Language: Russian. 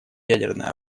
ядерное